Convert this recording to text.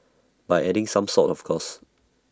by adding some salt of course